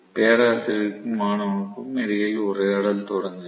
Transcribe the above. பேராசிரியருக்கும் மாணவனுக்கும் இடையிலான உரையாடல் தொடங்குகிறது